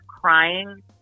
crying